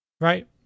Right